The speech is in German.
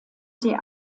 sie